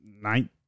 nine